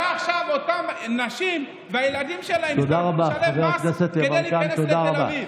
הרי עכשיו אותן נשים והילדים שלהן יצטרכו לשלם מס כדי להיכנס לתל אביב.